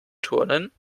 turnen